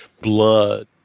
blood